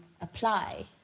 apply